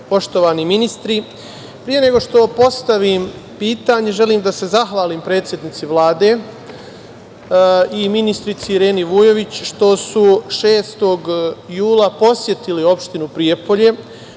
poštovani ministri, pre nego što postavim pitanje želim da se zahvalim predsednici Vlade i ministrici Ireni Vujović što su 6. jula posetili opštinu Prijepolje,